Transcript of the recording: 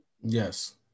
Yes